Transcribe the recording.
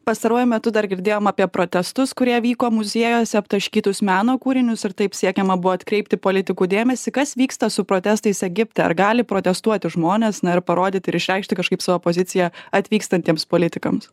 pastaruoju metu dar girdėjom apie protestus kurie vyko muziejuose aptaškytus meno kūrinius ir taip siekiama buvo atkreipti politikų dėmesį kas vyksta su protestais egipte ar gali protestuoti žmonės na ir parodyti ir išreikšti kažkaip savo poziciją atvykstantiems politikams